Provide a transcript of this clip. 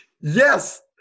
Yes